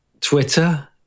Twitter